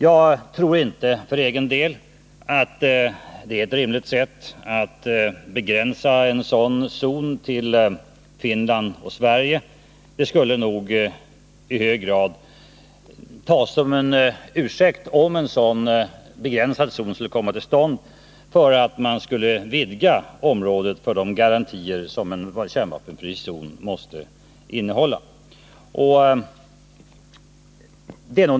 För egen del tror jag inte att det är ett rimligt sätt att begränsa en sådan zon till Finland och Sverige — det skulle nog i hög grad tas som en ursäkt, om en sådan begränsad zon skulle komma till stånd, för att man inte skulle vidga området med hänsyn till de garantier som en kärnvapenfri zon måste innehålla.